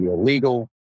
illegal